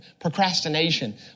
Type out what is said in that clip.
procrastination